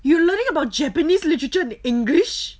you learning about japanese literature in english